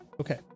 Okay